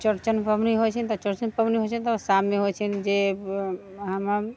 चौरचन पबनि होइ छै तऽ चौरचन पबनि होइ छै तऽ शाममे होइ छै जे हमर